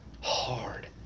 hard